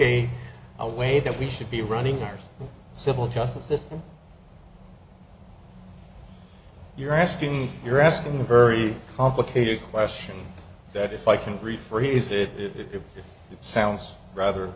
a a way that we should be running there's a civil justice system you're asking you're asking a very complicated question that if i can rephrase it it sounds rather